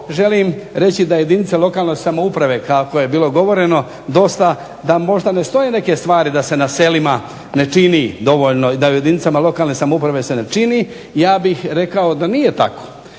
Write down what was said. želim reći da jedinice lokalne samouprave da možda ne stoje neke stvari da se na selima ne čini da se u jedinicama lokalne samouprave se ne čini. Ja bih rekao da nije tako.